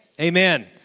Amen